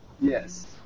Yes